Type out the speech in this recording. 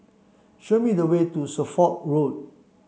show me the way to Suffolk Road